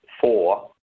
four